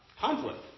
Conflict